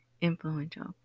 influential